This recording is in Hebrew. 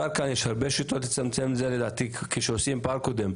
יש הרבה שיטות לצמצם את הטעויות כשעושים ברקודים,